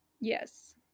Yes